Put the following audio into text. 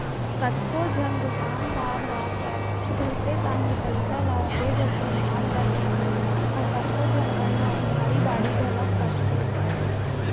कतको झन दुकानदार ह तुरते ताही पइसा दे देथे माल ल लेके त कतको झन मन ह उधारी बाड़ही घलौ करथे